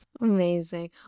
Amazing